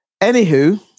Anywho